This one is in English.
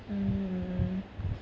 mm